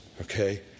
Okay